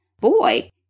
Boy